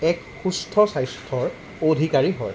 এক সুস্থ স্বাস্থ্যৰ অধিকাৰী হয়